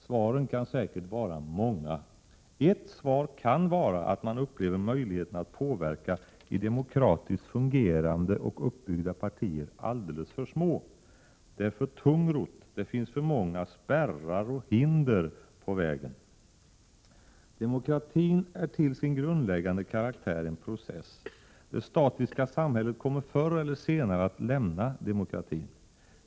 Svaren kan säkert vara många. Ett svar kan vara att man upplever möjligheten att påverka i demokratiskt fungerande och uppbyggda partier alldeles för små. Det är för tungrott. Det finns för många spärrar och hinder på vägen. Demokratin är till sin grundläggande karaktär en process. Det statiska samhället kommer förr eller senare att lämna demokratin.